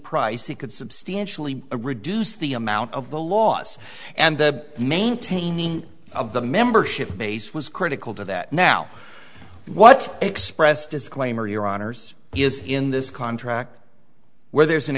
price it could substantially reduce the amount of the loss and the maintaining of the membership base was critical to that now what express disclaimer your honour's is in this contract where there's an